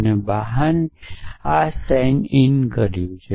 મેં એક બહાર અથવા સાઇન ઇન કર્યું છે